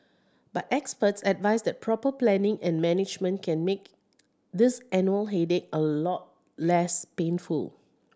but experts advise that proper planning and management can make this annual headache a lot less painful